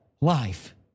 life